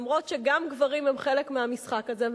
למרות שגם גברים הם חלק מהמשחק הזה,